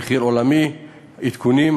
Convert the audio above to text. מחיר עולמי, עדכונים.